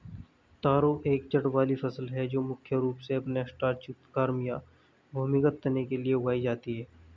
तारो एक जड़ वाली फसल है जो मुख्य रूप से अपने स्टार्च युक्त कॉर्म या भूमिगत तने के लिए उगाई जाती है